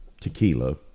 tequila